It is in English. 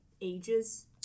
ages